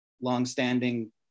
longstanding